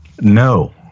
No